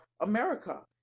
america